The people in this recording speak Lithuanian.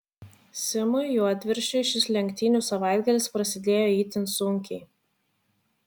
simui juodviršiui šis lenktynių savaitgalis prasidėjo itin sunkiai